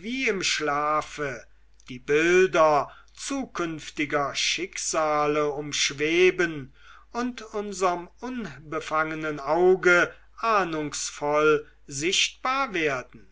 wie im schlafe die bilder zukünftiger schicksale umschweben und unserm unbefangenen auge ahnungsvoll sichtbar werden